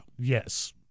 Yes